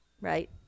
right